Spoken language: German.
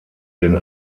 den